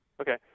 Okay